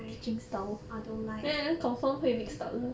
I don't like